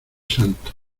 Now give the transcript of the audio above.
santo